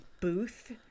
booth